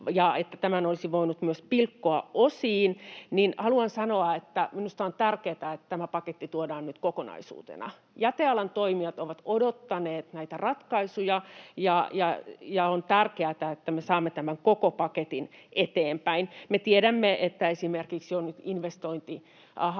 ja että tämän olisi voinut myös pilkkoa osiin. Haluan sanoa, että minusta on tärkeätä, että tämä paketti tuodaan nyt kokonaisuutena. Jätealan toimijat ovat odottaneet näitä ratkaisuja, ja on tärkeätä, että me saamme tämän koko paketin eteenpäin. Me tiedämme, että se on voinut vaikuttaa